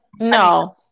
No